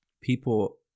people